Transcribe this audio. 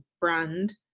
brand